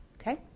okay